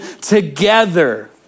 together